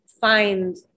find